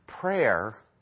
Prayer